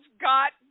got